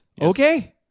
Okay